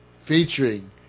featuring